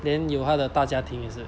then 有她的大家庭也是